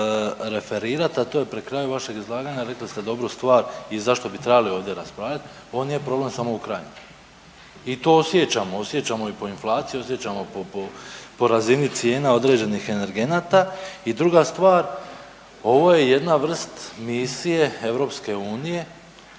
referirati, a to je pri kraju vašeg izlaganja, rekli ste dobru stvar i zašto bi trebali ovdje raspravljati. Ovo nije problem samo Ukrajine i to osjećamo, osjećamo po inflaciji, osjećamo po razini cijena određenih energenata i druga stvar, ovo je jedna vrst misije EU,